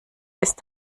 ist